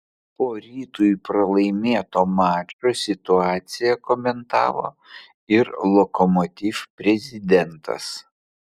po rytui pralaimėto mačo situaciją komentavo ir lokomotiv prezidentas